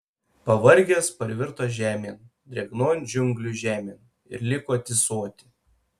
pavargęs parvirto žemėn drėgnon džiunglių žemėn ir liko tysoti